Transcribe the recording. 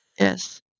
Yes